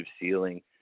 ceiling